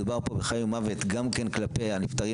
מדובר פה בחיים ומוות גם כן כלפי הנפטרים